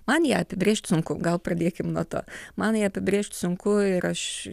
man ją apibrėžt sunku gal pradėkim nuo to man ją apibrėžt sunku ir aš